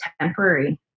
temporary